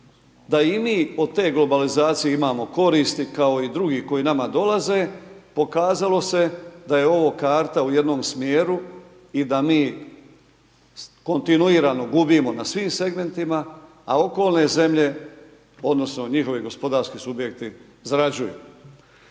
da i mi od te globalizacije imamo koristi kao i drugi koji nama dolaze, pokazalo se da je ovo karta u jednom smjeru i da mi kontinuiramo gubimo na svim segmentima, a okolne zemlje odnosno njihovi gospodarski subjekti zarađuju.